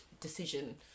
decision